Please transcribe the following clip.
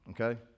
okay